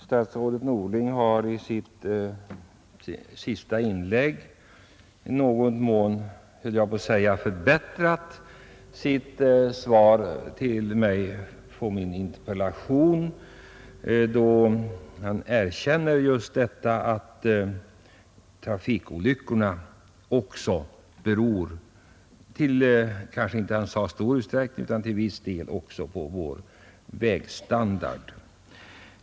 Statsrådet Norling har i sitt senaste inlägg i någon mån förbättrat sitt svar på min interpellation, då han erkänner att trafikolyckorna också beror — till viss del — på vår dåliga vägstandard.